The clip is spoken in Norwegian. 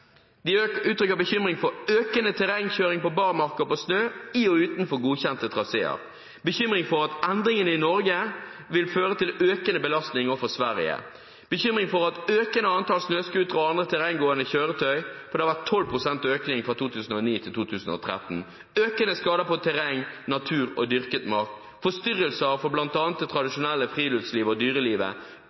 de bekymring for økende terrengkjøring på barmark og på snø i og utenfor godkjente traseer at endringene i Norge vil føre til økende belastning for Sverige et økende antall snøscootere og andre terrenggående kjøretøy, for det har vært 12 pst. økning fra 2009 til 2013 økende skader på terreng, natur og dyrket mark, forstyrrelser for bl.a. det tradisjonelle friluftslivet og dyrelivet